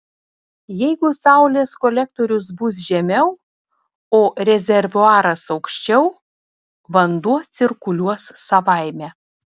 jeigu saulės kolektorius bus žemiau o rezervuaras aukščiau vanduo cirkuliuos savaime